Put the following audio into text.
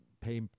pay